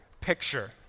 picture